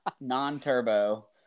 non-turbo